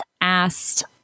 asked